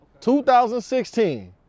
2016